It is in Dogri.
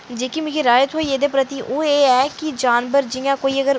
जेह्की मिगी राय थ्होई एह्दे प्रति ओह् एह् ऐ कि जेह्के जानवर जि'यां कोई